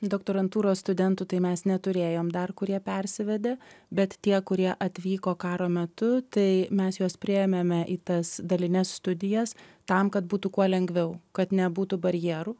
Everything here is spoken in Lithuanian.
doktorantūros studentų tai mes neturėjom dar kurie persivedė bet tie kurie atvyko karo metu tai mes juos priėmėme į tas dalines studijas tam kad būtų kuo lengviau kad nebūtų barjerų